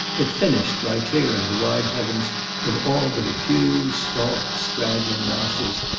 it finished by clearing the wide heavens of all but a few soft straggling masses,